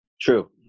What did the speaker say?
true